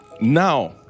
Now